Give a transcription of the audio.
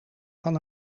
van